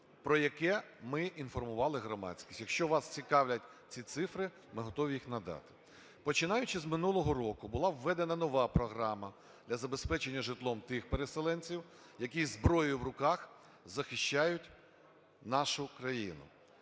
про яке ми інформували громадськість. Якщо вас цікавлять ці цифри, ми готові їх надати. Починаючи з минулого року, була введена нова програма для забезпечення житлом тих переселенців, які зі зброєю в руках захищають нашу країну.